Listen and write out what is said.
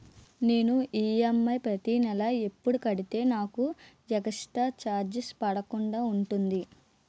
నేను ఈ.ఎమ్.ఐ ప్రతి నెల ఎపుడు కడితే నాకు ఎక్స్ స్త్ర చార్జెస్ పడకుండా ఉంటుంది?